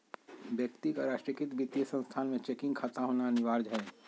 व्यक्ति का राष्ट्रीयकृत वित्तीय संस्थान में चेकिंग खाता होना अनिवार्य हइ